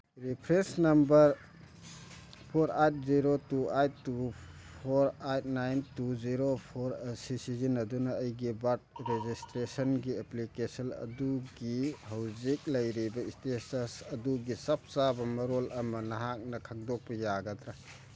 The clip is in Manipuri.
reference number four eight zero two eight two four eight nine two zero four ꯑꯁꯤ ꯁꯤꯖꯤꯟꯅꯗꯨꯅ ꯑꯩꯒꯤ ꯕꯥꯔꯠ ꯔꯦꯖꯤꯁꯇ꯭ꯔꯦꯁꯟꯒꯤ ꯑꯦꯄ꯭ꯂꯤꯀꯦꯁꯟ ꯑꯗꯨꯒꯤ ꯍꯧꯖꯤꯛ ꯂꯩꯔꯤꯕ ꯏꯁꯇꯦꯇꯁ ꯑꯗꯨꯒꯤ ꯆꯞ ꯆꯥꯕ ꯃꯔꯣꯜ ꯑꯃ ꯅꯍꯥꯛꯅ ꯈꯪꯗꯣꯛꯄ ꯌꯥꯒꯗ꯭ꯔ